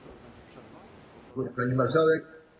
Pani Marszałek!